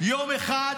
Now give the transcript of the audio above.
יום אחד,